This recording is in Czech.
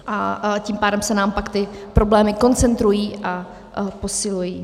A tím pádem se nám pak ty problémy koncentrují a posilují.